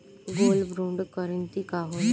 Gold bond करतिं का होला?